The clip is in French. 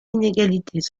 inégalités